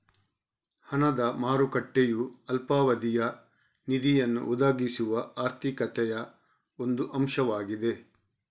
ಹಣದ ಮಾರುಕಟ್ಟೆಯು ಅಲ್ಪಾವಧಿಯ ನಿಧಿಯನ್ನು ಒದಗಿಸುವ ಆರ್ಥಿಕತೆಯ ಒಂದು ಅಂಶವಾಗಿದೆ